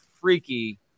freaky